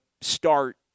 start